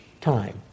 time